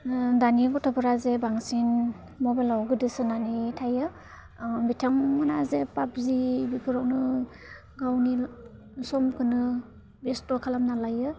दानि गथ'फ्रा जे बांसि मबाइलाव गोदोसोनानै थायो बिथांमोनहा जे पाबजि बेफोरावनो गावनि समखौनो बेस्थ' खालामना लायो